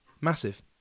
massive